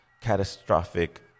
catastrophic